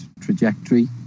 trajectory